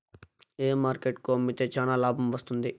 ఏ market కు అమ్మితే చానా లాభం వస్తుంది?